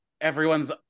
everyone's